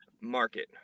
market